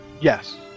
Yes